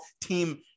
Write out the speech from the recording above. team